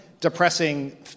depressing